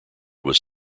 was